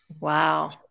Wow